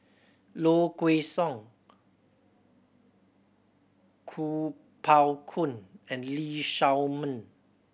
Low Kway Song Kuo Pao Kun and Lee Shao Meng